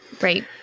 Right